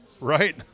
Right